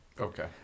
Okay